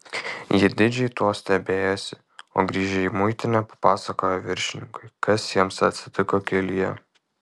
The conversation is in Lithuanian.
jie didžiai tuo stebėjosi o grįžę į muitinę papasakojo viršininkui kas jiems atsitiko kelyje